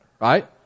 right